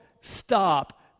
stop